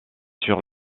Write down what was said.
sur